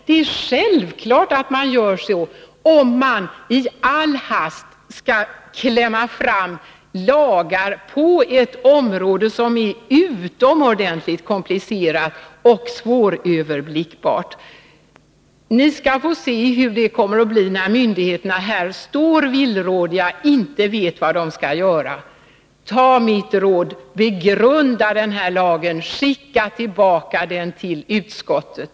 Det är självklart att man gör så, om man i all hast skall klämma fram lagar på ett område som är utomordentligt komplicerat och svåröverblickbart. Ni skall få se hur det kommer att bli när myndigheterna står villrådiga och inte vet vad de skall göra. Ta mitt råd: Begrunda denna lag! Skicka tillbaka den till utskottet!